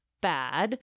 bad